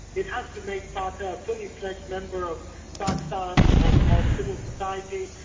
it has to make fata a fully fledged member of pakistan and of civil society,